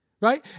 right